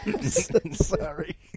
sorry